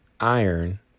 iron